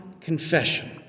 confession